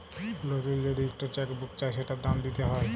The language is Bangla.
লতুল যদি ইকট চ্যাক বুক চায় সেটার দাম দ্যিতে হ্যয়